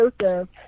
Joseph